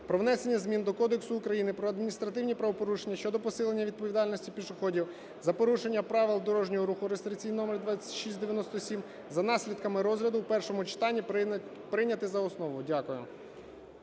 про внесення змін до Кодексу України про адміністративні правопорушення щодо посилення відповідальності пішоходів за порушення правил дорожнього руху (реєстраційний номер 2697) за наслідками розгляду в першому читанні прийняти за основу. Дякую.